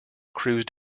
cruised